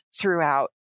throughout